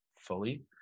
fully